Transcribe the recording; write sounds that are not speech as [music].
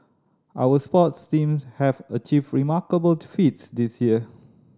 our sports teams have achieved remarkable [unintelligible] feats this year